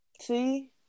see